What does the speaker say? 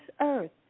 earth